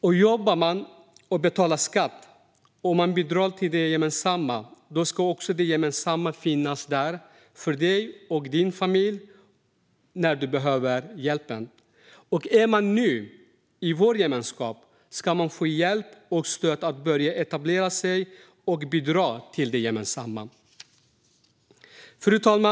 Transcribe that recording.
Om du jobbar och betalar skatt och bidrar till det gemensamma ska det gemensamma också finnas där för dig och din familj när du behöver hjälp. Och om man är ny i vår gemenskap ska man få hjälp och stöd att börja etablera sig och bidra till det gemensamma. Fru talman!